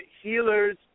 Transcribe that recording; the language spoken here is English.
healers